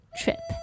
trip